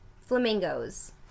Flamingos